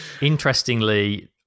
Interestingly